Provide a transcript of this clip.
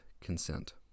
consent